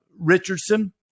Richardson